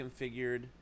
configured